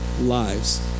lives